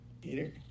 Peter